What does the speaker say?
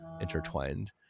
intertwined